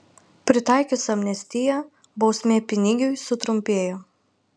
pritaikius amnestiją bausmė pinigiui sutrumpėjo